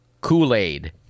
Kool-Aid